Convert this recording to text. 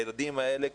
הילדים האלה,